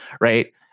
right